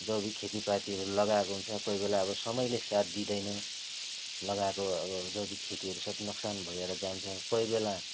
जैविक खेतीपातीहरू लगाएको हुन्छ कोही बेला अब समयले साथ दिँदैन लगाएको अब जैविक खेतीहरू सब नोक्सान भएर जान्छ कोही बेला